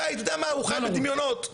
אולי הוא חי בדמיונות,